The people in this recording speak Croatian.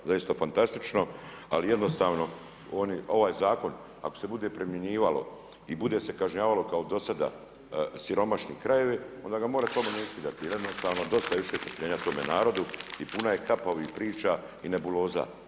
Zaista fantastično, ali jednostavno ovaj zakon ako se bude primjenjivao i bude se kažnjavalo kao do sada siromašne krajeve, onda ga morate iskidati jer jednostavno dosta je više strpljenja tome narodu i puna je kapa ovih priča i nebuloza.